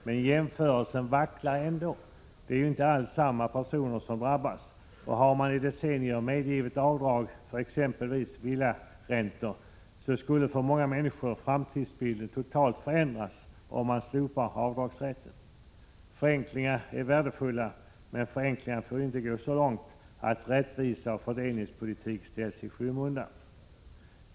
Men jämförelsen haltar ändå. Det är ju inte alls samma personer som drabbas, och har man i decennier medgivit avdrag för exempelvis villaräntor, så skulle för många människor framtidsbilden totalt förändras om man slopar avdragsrätten. Förenklingar är värdefulla, men förenklingar får inte gå så långt att rättvisa och fördelningspolitik ställs i skymundan.